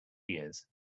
years